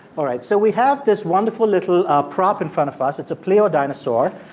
all right. so we have this wonderful little prop in front of us. it's a pleo dinosaur.